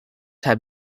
have